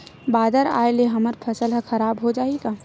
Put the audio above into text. बादर आय ले हमर फसल ह खराब हो जाहि का?